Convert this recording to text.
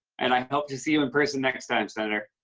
and i hope to see you in person next time, senator.